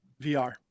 VR